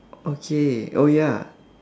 okay oh ya